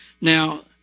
Now